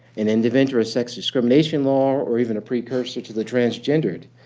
and and event or a sex discrimination law, or even a precursor to the transgendered.